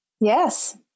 Yes